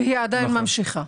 והיא עדיין ממשיכה.